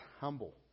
humble